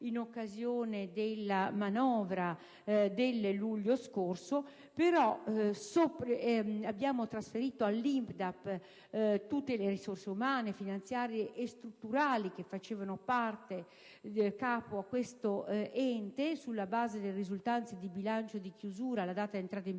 in occasione della manovra del luglio scorso, trasferendo all'INPDAP tutte le risorse umane, finanziarie e strutturali che facevano capo a quell'ente sulla base delle risultanze del bilancio di chiusura alla data di entrata in